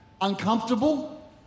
uncomfortable